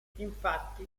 infatti